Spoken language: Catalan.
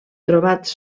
trobats